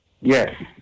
Yes